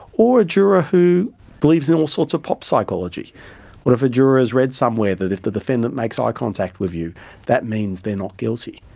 or a juror who believes in all sorts of pop psychology what if a juror's read somewhere that if the defendant makes ah eye contact with you that means they're not guilty?